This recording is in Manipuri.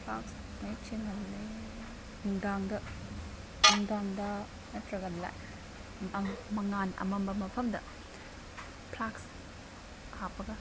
ꯐ꯭ꯂꯥꯛꯁ ꯃꯌꯦꯛ ꯁꯦꯡꯍꯜꯂꯦ ꯅꯨꯡꯗꯥꯡꯗ ꯅꯨꯡꯗꯥꯡꯗ ꯅꯠꯇ꯭ꯔꯒ ꯃꯉꯥꯟ ꯑꯃꯝꯕ ꯃꯐꯝꯗ ꯐ꯭ꯂꯥꯛꯁ ꯍꯥꯞꯄꯒ